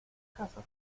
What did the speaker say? casa